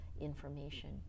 information